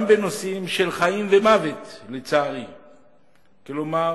גם בנושאים של חיים ומוות, לצערי, כלומר,